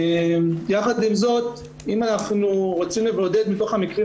יחד עם זאת אם אנחנו רוצים לבודד מתוך המקרים